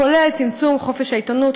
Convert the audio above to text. כולל צמצום חופש העיתונות,